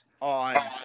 on